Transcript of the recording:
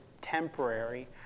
temporary